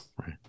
right